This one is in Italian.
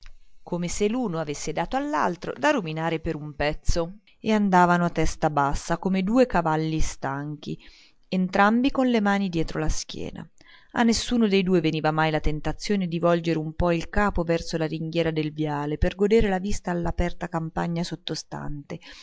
come se l'uno avesse dato all'altro da ruminare per un pezzo e andavano a testa bassa come due cavalli stanchi entrambi con le mani dietro la schiena a nessuno dei due veniva mai la tentazione di volgere un po il capo verso la ringhiera del viale per godere la vista dell'aperta campagna sottostante